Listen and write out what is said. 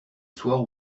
soir